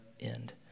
end